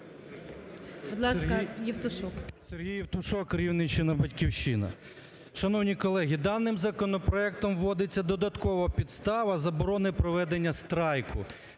Сергій Євтушок, Рівненщина, "Батьківщина". Шановні колеги, даним законопроектом вводиться додатково підстава заборони проведення страйку.